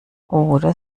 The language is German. oder